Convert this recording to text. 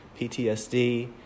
PTSD